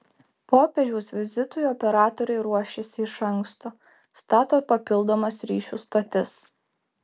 popiežiaus vizitui operatoriai ruošiasi iš anksto stato papildomas ryšių stotis